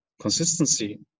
consistency